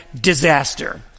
disaster